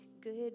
good